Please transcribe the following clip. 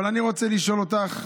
אבל אני רוצה לשאול אותך